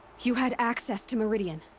you had access to meridian.